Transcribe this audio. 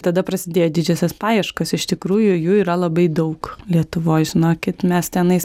tada prasidėjo didžiosios paieškos iš tikrųjų jų yra labai daug lietuvoj žinokit mes tenais